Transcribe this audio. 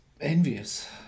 envious